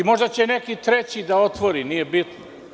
Možda će neki treći da otvori, nije bitno.